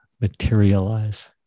materialize